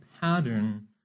pattern